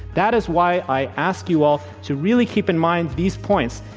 that is why i ask you all to really keep in mind these points,